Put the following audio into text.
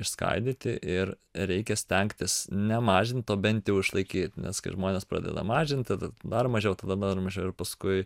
išskaidyti ir reikia stengtis nemažint o bent jau išlaikyt nes kai žmonės pradeda mažint tada dar mažiau tada dar mažiau ir paskui